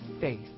faith